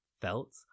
felt